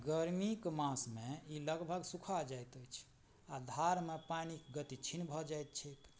गर्मीक मासमे ई लगभग सुखा जाइत अछि आओर धारमे पानिक गति क्षीण भऽ जाइत छैक